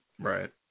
Right